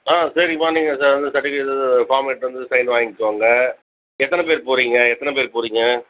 ஆ சரிங்கம்மா நீங்கள் ச செர்டிஃபிகேட் ஃபார்ம் எடுத்துகிட்டு வந்து சைன் வாங்கிக்கோங்க எத்தனை பேர் போகறிங்க எத்தனை பேர் போகறிங்க